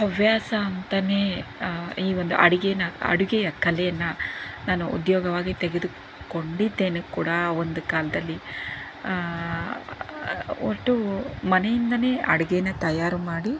ಹವ್ಯಾಸ ಅಂತಲೇ ಈ ಒಂದು ಅಡುಗೇನ ಅಡುಗೆಯ ಕಲೆಯನ್ನು ನಾನು ಉದ್ಯೋಗವಾಗಿ ತೆಗೆದುಕೊಂಡಿದ್ದೇನೆ ಕೂಡ ಒಂದು ಕಾಲದಲ್ಲಿ ಒಟ್ಟು ಮನೆಯಿಂದಲೇ ಅಡುಗೇನ ತಯಾರು ಮಾಡಿ